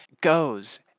goes